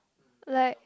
like